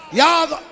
y'all